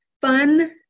fun